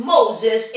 Moses